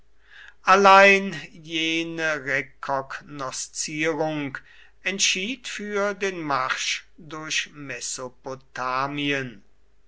allein jene rekognoszierung entschied für den marsch durch